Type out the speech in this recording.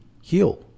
heal